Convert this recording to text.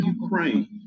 Ukraine